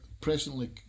presently